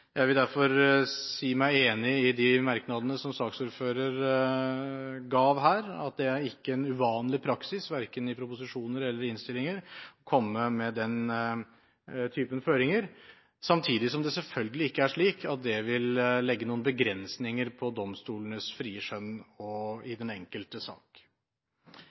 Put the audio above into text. Jeg vil derfor si meg enig i de merknadene som saksordføreren her ga, at det ikke er uvanlig praksis, verken i proposisjoner eller i innstillinger, å komme med den typen føringer, samtidig som det selvfølgelig ikke er slik at det vil legge noen begrensninger på domstolenes frie skjønn i den enkelte sak.